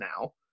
now